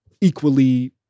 equally